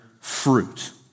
fruit